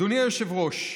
אדוני היושב-ראש,